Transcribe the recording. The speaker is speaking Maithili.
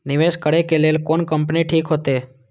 निवेश करे के लेल कोन कंपनी ठीक होते?